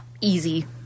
easy